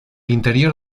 interior